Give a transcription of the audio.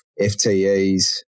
FTEs